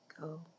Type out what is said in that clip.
go